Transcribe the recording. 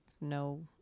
no